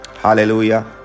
Hallelujah